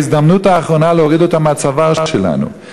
ההזדמנות האחרונה להוריד אותם מהצוואר שלנו,